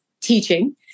teaching